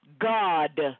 God